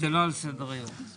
סדר היום.